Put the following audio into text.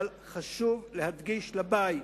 אבל, חשוב להדגיש לבית: